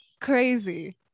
Crazy